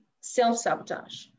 self-sabotage